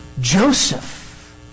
Joseph